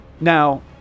now